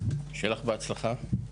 שיהיה לך בהצלחה.